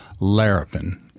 larapin